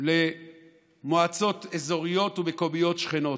למועצות אזוריות ומקומיות שכנות.